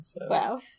Wow